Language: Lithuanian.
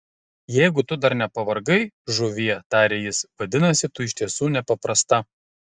jeigu tu dar nepavargai žuvie tarė jis vadinasi tu iš tiesų nepaprasta